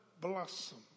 blossom